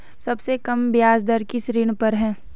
सबसे कम ब्याज दर किस ऋण पर है?